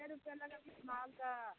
कए रुपये लागत मालदह